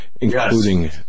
including